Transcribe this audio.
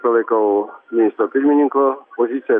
palaikau ministro pirmininko poziciją